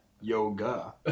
Yoga